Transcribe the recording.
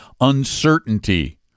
uncertainty